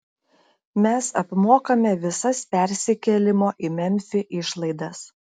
mes apmokame visas persikėlimo į memfį išlaidas